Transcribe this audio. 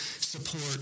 support